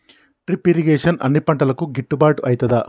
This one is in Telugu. డ్రిప్ ఇరిగేషన్ అన్ని పంటలకు గిట్టుబాటు ఐతదా?